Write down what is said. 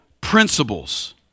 principles